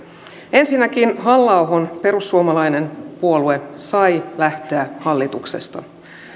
ensinnäkin halla ahon perussuomalainen puolue sai lähteä hallituksesta